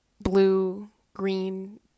blue-green